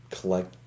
collect